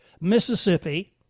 Mississippi